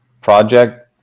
project